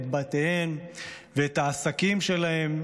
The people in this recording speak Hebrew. את בתיהן ואת העסקים שלהן,